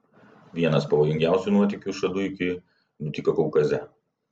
vienas pavojingiausių nuotykių šaduikiui nutiko kaukaze